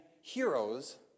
heroes